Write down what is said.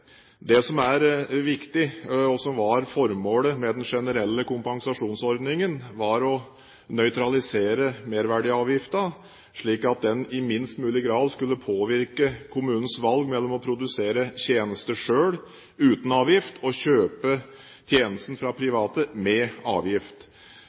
Det som var viktig, og som var formålet med den generelle kompensasjonsordningen, var å nøytralisere merverdiavgiften, slik at den i minst mulig grad skulle påvirke kommunens valg mellom å produsere tjenester selv, uten avgift, og å kjøpe tjenesten fra